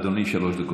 אדוני, שלוש דקות.